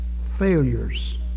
failures